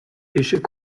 échec